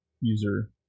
user